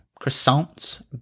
croissants